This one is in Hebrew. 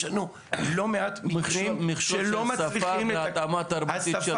מכשול של שפה והתאמה תרבותית.